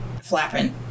flapping